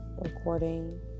recording